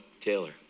Taylor